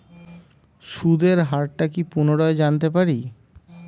সুদের হার টা কি পুনরায় জানতে পারি?